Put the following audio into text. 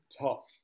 top